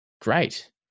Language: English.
Great